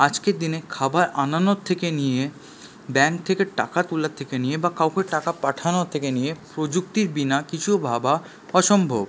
আজকের দিনে খাবার আনানোর থেকে নিয়ে ব্যাঙ্ক থেকে টাকা তোলার থেকে নিয়ে বা কাউকে টাকা পাঠানোর থেকে নিয়ে প্রযুক্তির বিনা কিছু ভাবা অসম্ভব